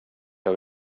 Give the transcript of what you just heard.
jag